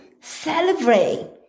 celebrate